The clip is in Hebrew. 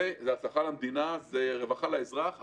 זאת הצלחה למדינה, זאת רווחה לאזרח.